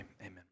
amen